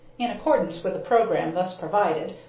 in accordance with the programme thus provided,